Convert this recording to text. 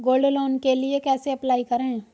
Gold loan के लिए कैसे अप्लाई करें?